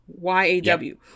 Y-A-W